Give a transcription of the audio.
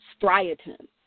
striatum